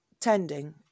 tending